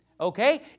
Okay